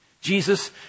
Jesus